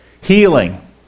healing